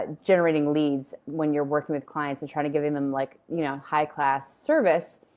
ah generating leads when you're working with clients and trying to give them them like you know high class service.